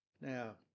Now